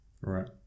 Right